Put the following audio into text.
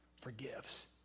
forgives